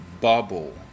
bubble